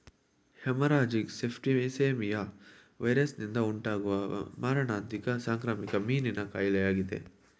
haemorrhagic septicaemia ವೈರಸ್ನಿಂದ ಉಂಟಾಗುವ ಮಾರಣಾಂತಿಕ ಸಾಂಕ್ರಾಮಿಕ ಮೀನಿನ ಕಾಯಿಲೆಯಾಗಿದೆ